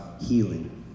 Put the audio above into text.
healing